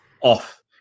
off